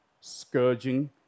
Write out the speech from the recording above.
scourging